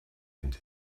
into